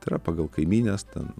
tai yra pagal kaimynės ten